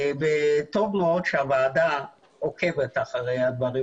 טוב מאוד שהוועדה עוקבת אחרי הדברים